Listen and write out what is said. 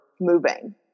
moving